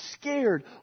scared